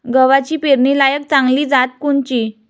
गव्हाची पेरनीलायक चांगली जात कोनची?